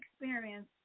experience